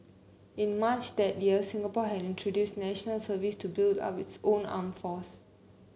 in March that year Singapore had introduced National Service to build up its own armed force